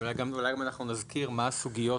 ואולי אנחנו גם נזכיר מהן הסוגיות